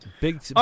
Big